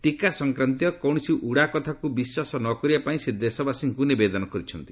ଟିକା ସଂକ୍ରାନ୍ତୀୟ କୌଣସି ଉଡାକଥାକ୍ ବିଶ୍ୱାସ ନ କରିବା ପାଇଁ ସେ ଦେଶବାସୀଙ୍କ ନିବେଦନ କରିଛନ୍ତି